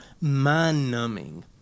mind-numbing